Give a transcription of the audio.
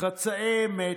חצאי אמת,